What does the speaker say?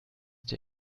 dir